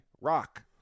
rock